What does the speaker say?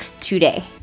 today